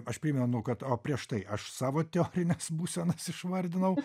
aš primenu kad o prieš tai aš savo teorines būsenas išvardinau